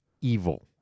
evil